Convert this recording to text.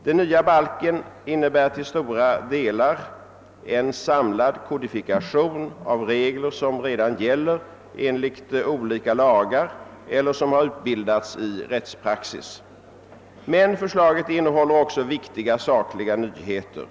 Den nya balken innebär till stora delar en samlad kodifikation av regler som redan gäller enligt olika lagar eller som har utbildats i rättspraxis. Men förslaget innehåller också viktiga sakliga nyheter.